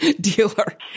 dealer